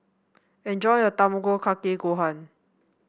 enjoy your Tamago Kake Gohan